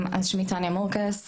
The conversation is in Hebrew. אז שמי תניה מורקס,